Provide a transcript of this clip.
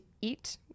eat